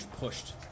pushed